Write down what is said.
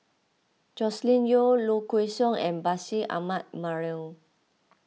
Joscelin Yeo Low Kway Song and Bashir Ahmad Mallal